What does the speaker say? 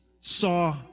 saw